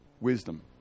Wisdom